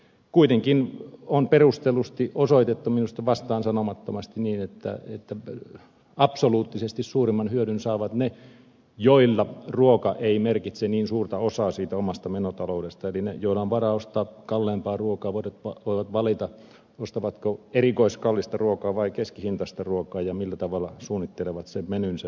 kuitenkin on perustellusti osoitettu minusta vastaansanomattomasti että absoluuttisesti suurimman hyödyn saavat ne joille ruoka ei merkitse niin suurta osaa siitä omasta menotaloudesta eli ne joilla on varaa ostaa kalleimpaa ruokaa voivat valita ostavatko erikoiskallista ruokaa vai keskihintaista ruokaa ja millä tavalla suunnittelevat sen menunsa